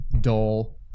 dull